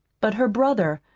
but her brother,